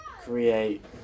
create